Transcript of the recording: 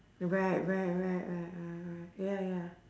right right right right right right ya ya